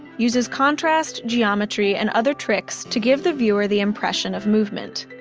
uses contrast, geometry and other tricks to give the viewer the impression of movement,